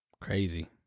Crazy